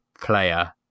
player